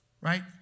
right